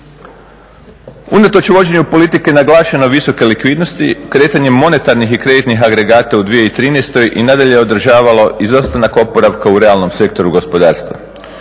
Unatoč vođenju politike naglašeno visoke likvidnosti, kretanje monetarnih i kreditnih agregata u 2013.i nadalje je održavalo izostanak oporavka u realnom sektoru gospodarstva.